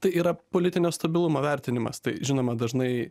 tai yra politinio stabilumo vertinimas tai žinoma dažnai